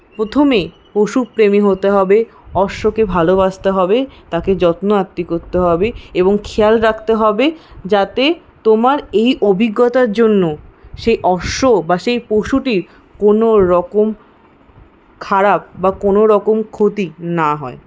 প্রথমে পশুপ্রেমী হতে হবে অশ্বকে ভালোবাসতে হবে তাকে যত্নআত্তি করতে হবে এবং খেয়াল রাখতে হবে যাতে তোমার এই অভিজ্ঞতার জন্য সেই অশ্ব বা সেই পশুটির কোনোরকম খারাপ বা কোনোরকম ক্ষতি না হয়